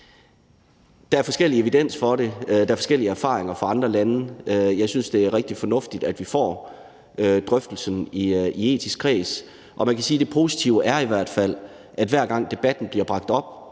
Der er forskellig evidens for det, og der er forskellige erfaringer fra andre lande. Jeg synes, det er rigtig fornuftigt, at vi får drøftelsen i den etiske kreds, og man kan sige, at det positive i hvert fald er, at hver gang debatten bliver bragt op,